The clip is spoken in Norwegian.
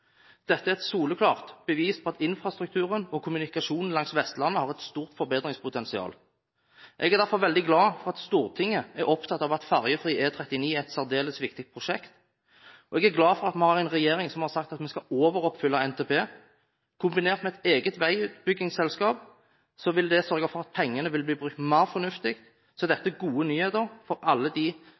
Dette er et soleklart bevis på at infrastrukturen og kommunikasjonen langs Vestlandet har et stort forbedringspotensial. Jeg er derfor veldig glad for at Stortinget er opptatt av at ferjefri E39 er et særdeles viktig prosjekt, og jeg er glad for at vi har en regjering som har sagt at den vil overoppfylle NTP. Kombinert med et eget veiutbyggingsselskap som vil sørge for at pengene vil bli brukt mer fornuftig, er dette gode nyheter for alle de